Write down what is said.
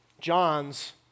John's